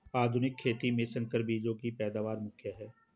आधुनिक खेती में संकर बीजों की पैदावार मुख्य हैं